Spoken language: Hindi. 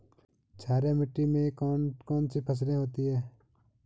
क्षारीय मिट्टी में कौन कौन सी फसलें होती हैं?